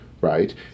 right